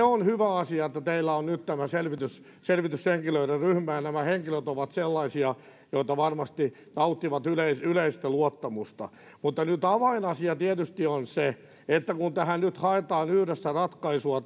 on hyvä asia että teillä on nyt tämä selvityshenkilöiden ryhmä ja nämä henkilöt ovat sellaisia jotka varmasti nauttivat yleistä yleistä luottamusta mutta nyt avainasia tietysti on se että kun tähän asiaan nyt haetaan yhdessä ratkaisua